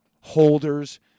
holders